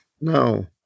no